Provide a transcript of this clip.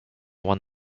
won